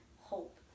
hope